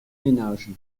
ménages